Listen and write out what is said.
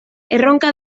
erronka